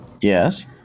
Yes